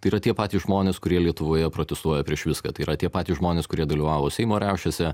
tai yra tie patys žmonės kurie lietuvoje protestuoja prieš viską tai yra tie patys žmonės kurie dalyvavo seimo riaušėse